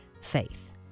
faith